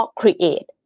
create